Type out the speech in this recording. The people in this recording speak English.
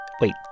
Wait